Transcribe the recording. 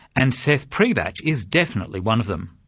and seth priebatsch is definitely one of them.